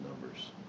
numbers